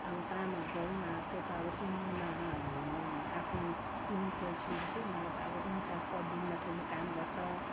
अब तामङ र उनीहरूको त तिन दिनमा आफ्नो नुन तेल छोएपछि उनीहरूको त अब उन्चास कति दिनमा ठुलो काम गर्छ